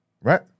right